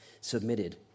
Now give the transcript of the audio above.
submitted